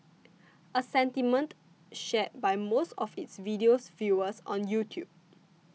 a sentiment shared by most of its video's viewers on YouTube